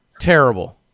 terrible